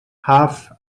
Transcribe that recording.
half